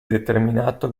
determinato